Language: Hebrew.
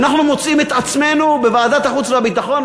ואנחנו מוצאים את עצמנו בוועדת החוץ והביטחון,